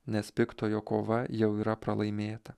nes piktojo kova jau yra pralaimėta